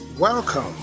Welcome